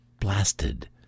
blasted